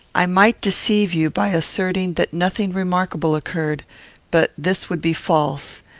i might deceive you by asserting that nothing remarkable occurred but this would be false,